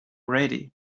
ready